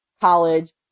college